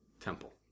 temple